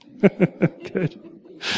Good